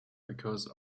because